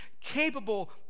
capable